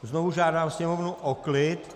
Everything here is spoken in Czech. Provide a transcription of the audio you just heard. Znovu žádám sněmovnu o klid.